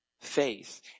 faith